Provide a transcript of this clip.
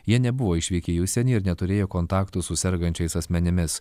jie nebuvo išvykę į užsienį ir neturėjo kontaktų su sergančiais asmenimis